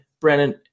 Brandon